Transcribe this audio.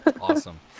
awesome